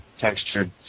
textured